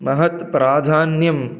महत्प्राधान्यं